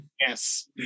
Yes